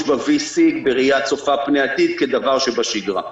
ב-וי-סי בראייה הצופה פני העתיד כדבר שבשגרה.